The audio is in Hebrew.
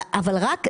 אבל רק לגביהן.